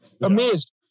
amazed